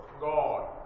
God